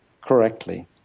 correctly